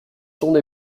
sondes